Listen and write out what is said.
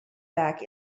back